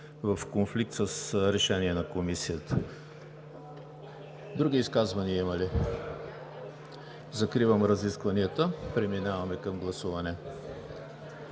в конфликт с решение на Комисията. (Реплики.) Други изказвания има ли? Няма. Закривам разискванията. Преминаваме към гласуване.